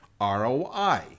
roi